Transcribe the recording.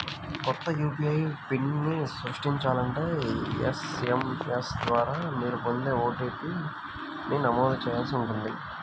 కొత్త యూ.పీ.ఐ పిన్ని సృష్టించాలంటే ఎస్.ఎం.ఎస్ ద్వారా మీరు పొందే ఓ.టీ.పీ ని నమోదు చేయాల్సి ఉంటుంది